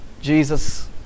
Jesus